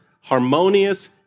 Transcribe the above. harmonious